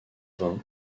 vain